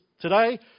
today